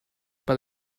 but